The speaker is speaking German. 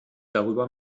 darüber